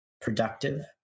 productive